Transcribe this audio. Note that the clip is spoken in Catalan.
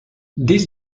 des